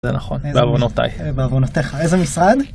זה נכון, בעבונותיי. בעבונותיך, איזה משרד.